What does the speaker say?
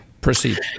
Proceed